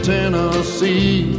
Tennessee